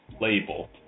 label